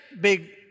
big